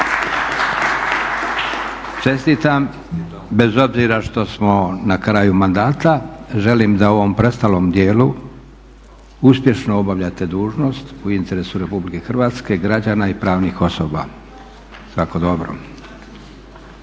Čestitam bez obzira što smo na kraju mandata. Želim da u ovom preostalom dijelu uspješno obavljate dužnost u interesu Republike Hrvatske, građana i pravnih osoba. Svako dobro!